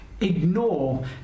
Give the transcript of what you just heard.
ignore